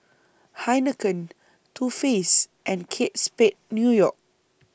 Heinekein Too Faced and Kate Spade New York